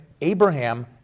Abraham